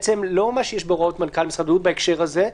מה שיש בהוראות מנכ"ל משרד הבריאות בהקשר הזה,